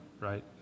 right